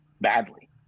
badly